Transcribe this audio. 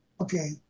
okay